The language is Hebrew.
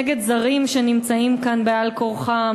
נגד זרים שנמצאים כאן על-כורחם,